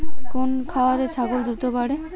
কোন খাওয়ারে ছাগল দ্রুত বাড়ে?